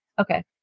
Okay